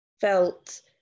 felt